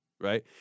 right